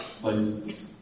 places